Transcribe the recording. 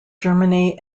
germany